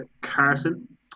Carson